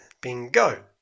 Bingo